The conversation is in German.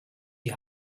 die